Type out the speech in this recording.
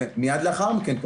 ומייד לאחר מכן,